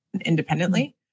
independently